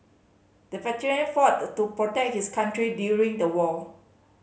the veteran fought to protect his country during the war